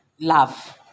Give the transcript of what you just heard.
love